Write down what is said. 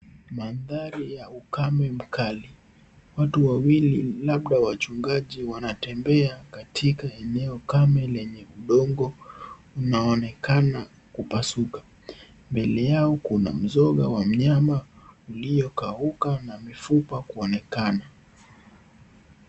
Mandhari ya ukame mkali watu wawili wanaokaa wachungaji wanatembea katika la ukame lenye udongo unaoonekana kupasuka. Mbele yao kuna mzoga wa mnyama uliokauka na mifupa kuonekana.